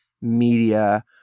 media